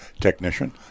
technician